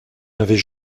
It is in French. n’avais